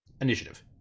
initiative